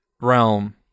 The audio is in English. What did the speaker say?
realm